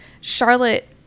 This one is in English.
Charlotte